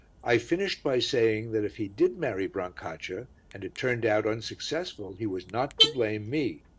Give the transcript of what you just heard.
i finished by saying that if he did marry brancaccia and it turned out unsuccessful he was not to blame me.